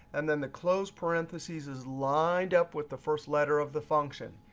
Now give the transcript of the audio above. and then the close parentheses is lined up with the first letter of the function.